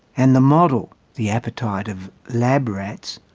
and the model, the appetite of lab rats,